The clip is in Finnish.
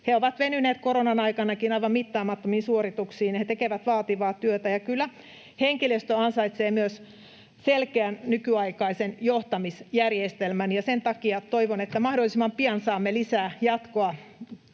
He ovat venyneet koronan aikanakin aivan mittaamattomiin suorituksiin, ja he tekevät vaativaa työtä. Kyllä henkilöstö ansaitsee myös selkeän, nykyaikaisen johtamisjärjestelmän, ja sen takia toivon, että mahdollisimman pian saamme lisää jatkoa